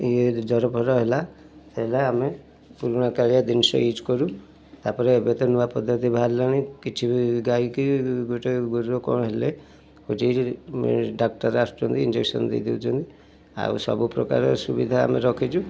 ଜ୍ଵରଫର ହେଲା ସେଇଟା ଆମେ ପୁରୁଣା କାଳିଆ ଜିନିଷ ୟୁଜ୍ କରୁ ତାପରେ ଏବେ ତ ନୂଆ ପଦ୍ଧତି ବାହାରିଲାଣି କିଛି ବି ଗାଈ କି ଗୋଟେ ଗୋରୁର କଣ ହେଲେ ଡାକ୍ଟର ଆସୁଛନ୍ତି ଇଂଜେକ୍ସନ୍ ଦେଇ ଦେଉଛନ୍ତି ଆଉ ସବୁ ପ୍ରକାର ସୁବିଧା ଆମେ ରଖିଛୁ